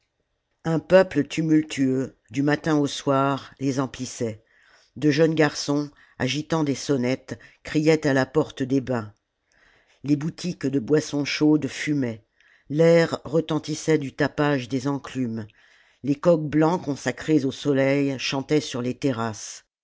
un peuple tumultueux du matin au soir les emplissait de jeunes garçons agitant des sonnettes criaient à la porte des bains les boutiques de boissons chaudes fumaient l'air retentissait du tapage des enclumes les coqs blancs consacrés au soleil chantaient sur ies terrasses